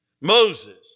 Moses